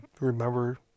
remember